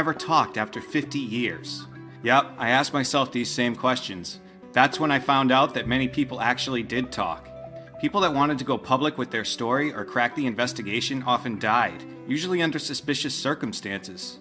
ever talked after fifty years yeah i ask myself the same questions that's when i found now that many people actually did talk people that wanted to go public with their story or cracked the investigation off and died usually under suspicious circumstances